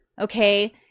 Okay